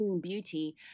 beauty